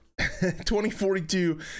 2042